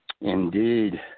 Indeed